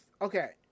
Okay